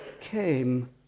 came